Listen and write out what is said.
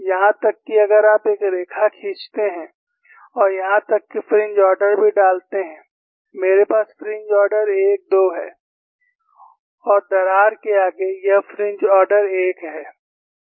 यहां तक कि अगर आप एक रेखा खींचते हैं और यहां तक कि फ्रिंज ऑर्डर भी डालते हैं मेरे पास फ्रिंज ऑर्डर 1 2 है और दरार के आगे यह फ्रिंज ऑर्डर 1 है